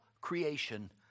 creation